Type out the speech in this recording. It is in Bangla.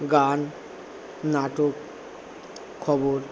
গান নাটক খবর